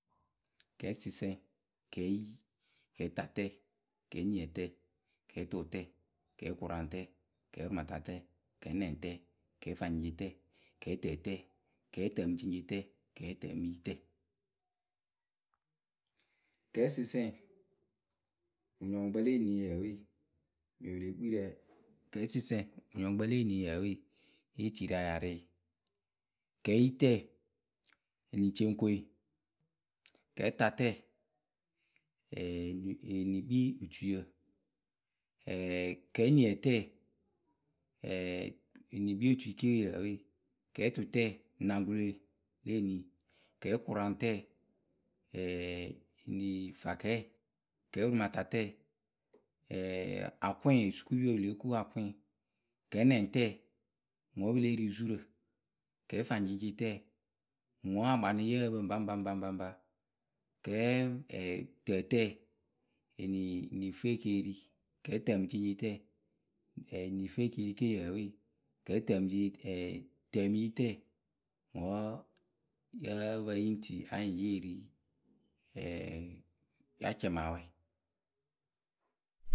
Kɛɛsɨsǝŋ, kɛɛyi, kɛɛtatǝ, kɛɛniǝtǝ, kɛɛtʊʊtǝ, kɛɛkʊraŋtǝ, kɛɛprɩmatatǝ, kɛɛnɛŋtǝ, kɛɛfaŋceŋceŋtǝ, kɛɛtǝtǝ, kɛɛtǝmǝceŋceŋtǝ, kɛɛtǝmɨyitǝ. Kɛɛsɨsǝŋ wǝnyɔŋkpǝ le eni yǝ we kɛɛsɨsǝŋ wǝnyɔŋkpǝ le eni yǝwe, yée ti rǝ anyarɩ, kɛɛyitǝ enyipǝ pɨ lée kpii rǝeni ce okoŋ. Kɛɛtatǝ enikpiiotuiyǝ, kɛɛniǝtǝ enikpiiotui ke yǝ we, kɛɛtʊʊtǝ naŋkloe le eni. kɛɛkʊraŋtǝ eni fa kɛɛ, kɛɛprɩmatatǝ akʊŋ osukuupipǝ pɨ lóo ko akʊŋ, kɛɛnɛŋtǝ ŋwǝ wǝ́ pɩ lée ri zurǝ, kɛɛfaŋceŋceŋtǝ ŋwǝ wǝ́ akanɩ yǝ́ǝ pǝ baŋpabaŋpaŋpa, kɛɛtǝtǝ enifɨekeeri, kɛɛ tǝ mɨ ceŋceŋtǝ eni fɨ ekeeri ke yǝ we, kɛɛtǝmɨyitǝ ŋwǝ wǝ́ yǝ́ǝ pǝ yǝ ŋ tii anyɩŋ yeh ri yacɛmɨawɛ.